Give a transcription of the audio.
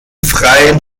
freien